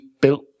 built